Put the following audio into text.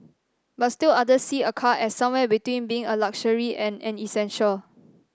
but still others see a car as somewhere between being a luxury and an essential